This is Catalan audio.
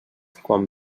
quan